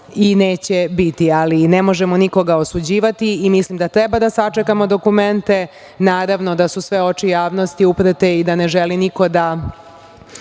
i neće biti, ali ne možemo nikoga osuđivati i mislim da treba da sačekamo dokumente. Naravno da su sve oči javnosti uprte i da ne želi niko da